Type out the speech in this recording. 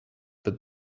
but